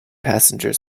passenger